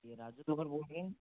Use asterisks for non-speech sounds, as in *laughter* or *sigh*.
ये राजू *unintelligible* बोल रहे हैं